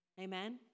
Amen